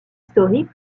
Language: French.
historiques